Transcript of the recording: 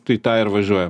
tai tą ir važiuojam